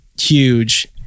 huge